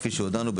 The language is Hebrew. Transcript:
כפי שהודענו,